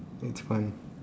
it's fun